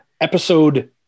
episode